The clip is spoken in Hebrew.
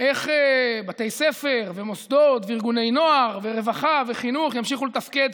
איך בתי ספר ומוסדות וארגוני נוער ורווחה וחינוך ימשיכו לתפקד,